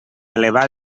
elevar